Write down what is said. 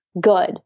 good